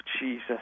Jesus